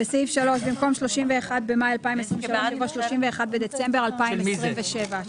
בסעיף 3 במקום "31 במאי 2023" יבוא "31 בדצמבר 2027". של מי זה?